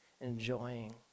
enjoying